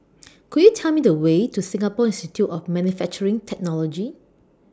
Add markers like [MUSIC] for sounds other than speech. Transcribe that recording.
[NOISE] Could YOU Tell Me The Way to Singapore Institute of Manufacturing Technology